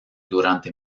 durante